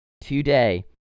today